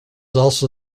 also